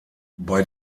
bei